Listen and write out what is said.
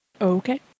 Okay